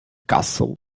castle